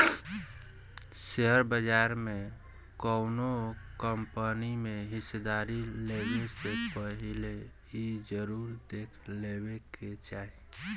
share बाजार में कौनो कंपनी में हिस्सेदारी लेबे से पहिले इ जरुर देख लेबे के चाही